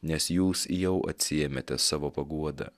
nes jūs jau atsiėmėte savo paguodą